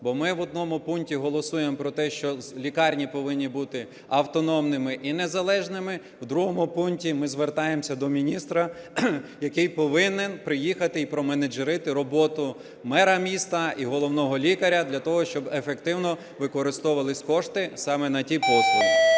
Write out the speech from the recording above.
Бо ми в одному пункті голосуємо про те, що лікарні повинні бути автономними і незалежними, в другому пункті ми звертаємося до міністра, який повинен приїхати і променеджерити роботу мера міста і головного лікаря для того, щоб ефективно використовувалися кошти саме на ті послуги.